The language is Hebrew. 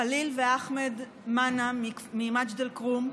חליל ואחמד מנאע ממג'ד אל-כרום.